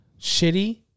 shitty